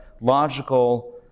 logical